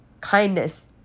kindness